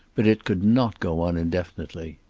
but it could not go on indefinitely.